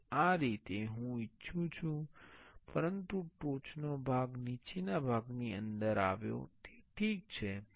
હવે આ રીતે હું ઇચ્છું છું પરંતુ ટોચનો ભાગ નીચેના ભાગની અંદર આવ્યો તે ઠીક છે